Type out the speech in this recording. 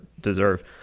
deserve